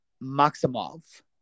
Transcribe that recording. Maximov